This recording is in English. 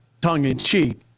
tongue-in-cheek